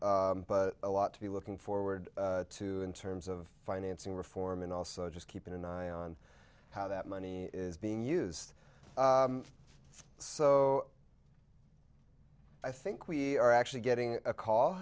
but a lot to be looking forward to in terms of financing reform and also just keeping an eye on how that money is being used so i think we are actually getting a call